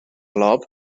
lob